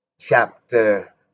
chapter